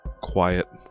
quiet